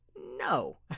No